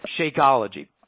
Shakeology